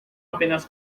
apenas